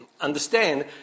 understand